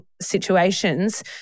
situations